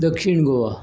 दक्षीण गोवा